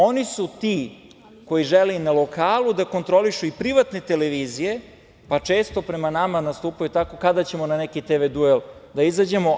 Oni su ti koji žele i na lokalu da kontrolišu i privatne televizije, pa često prema nama nastupaju - kada ćemo na neki tv duel da izađemo?